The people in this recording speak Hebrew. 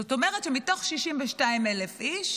זאת אומרת שמתוך 62,000 איש